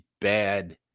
bad